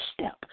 step